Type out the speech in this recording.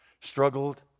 struggled